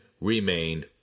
remained